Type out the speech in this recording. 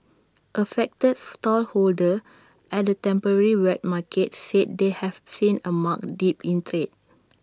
affected stallholders at the temporary wet market said they have seen A marked dip in trade